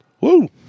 Woo